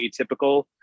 atypical